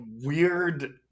weird